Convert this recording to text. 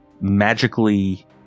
magically